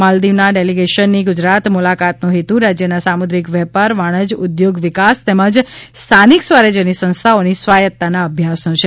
માલદીવના ડેલિગેશનની ગુજરાત મૂલાકાતનો હેતુ રાજ્યના સામુવ્રિક વેપાર વાણિજ્ય ઊદ્યોગ વિકાસ તેમજ સ્થાનિક સ્વરાજ્યની સંસ્થાઓની સ્વાયતતાના અભ્યાસનો છે